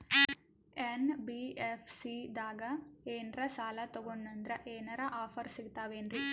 NBFC ದಾಗ ಏನ್ರ ಸಾಲ ತೊಗೊಂಡ್ನಂದರ ಏನರ ಆಫರ್ ಸಿಗ್ತಾವೇನ್ರಿ?